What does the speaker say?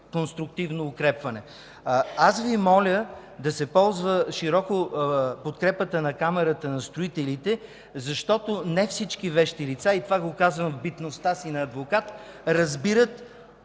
конструктивно укрепване. Моля да се ползва широко подкрепата на Камарата на строителите, защото не всички вещи лица – казвам това в битността си на адвокат – разбират